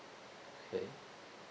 K